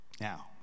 Now